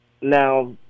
Now